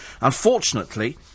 Unfortunately